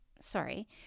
Sorry